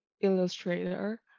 illustrator